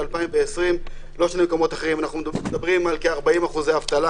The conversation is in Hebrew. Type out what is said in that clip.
2020. אנחנו מדברים על כ-40% אחוזי אבטלה,